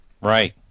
Right